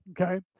Okay